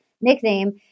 nickname